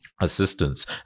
assistance